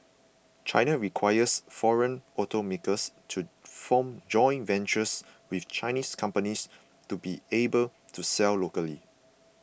China requires foreign automakers to form joint ventures with Chinese companies to be able to sell locally